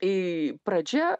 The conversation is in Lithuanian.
į pradžia